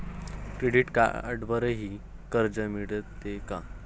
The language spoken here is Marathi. क्रेडिट कार्डवरही कर्ज मिळते का?